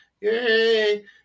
Yay